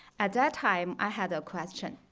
at that time, i had a question,